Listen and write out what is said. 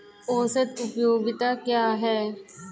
औसत उपयोगिता क्या है?